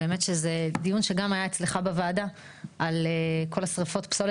באמת שזה דיון שגם היה אצלך בוועדה על כל שריפות פסולת